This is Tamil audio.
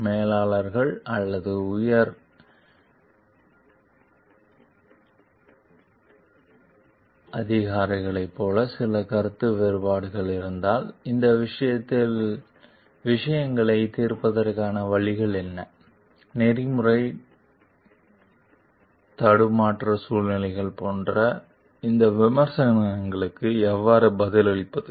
மேலாளர்கள் அல்லது உயர் அப்களைப் போல சில கருத்து வேறுபாடுகள் இருந்தால் இந்த விஷயங்களைத் தீர்ப்பதற்கான வழிகள் என்ன நெறிமுறை தடுமாற்ற சூழ்நிலைகள் போன்ற இந்த விமர்சனங்களுக்கு எவ்வாறு பதிலளிப்பது